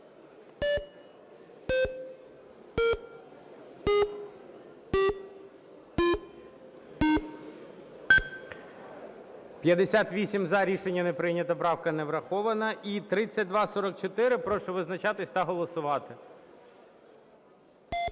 За-58 Рішення не прийнято. Правка не врахована. І 3244. Прошу визначатись та голосувати.